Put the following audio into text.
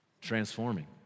Transforming